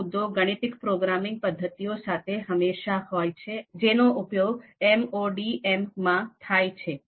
આ મુદ્દો ગાણિતિક પ્રોગ્રામિંગ પદ્ધતિઓ સાથે હંમેશાં હોય છે જેનો ઉપયોગ એમઓડીએમમાં થાય છે